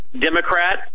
Democrat